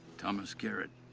thomas garrett.